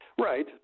right